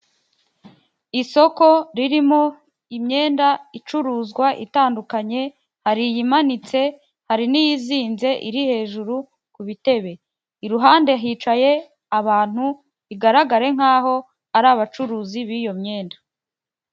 Isoko ririmo imyenda icuruzwa itandukanye, hari iyi imanitse, hari n'iyi izinze, iri hejuru ku bitebe. Iruhande hicaye abantu, bigaragare nkaho ari abacuruzi b'iyo myenda.